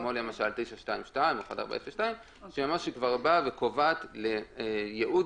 כמו למשל 922 או 1402 שבאה וקובעת לייעוד